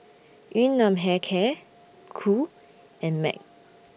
Yun Nam Hair Care Qoo and Mac